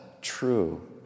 true